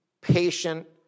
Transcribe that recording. patient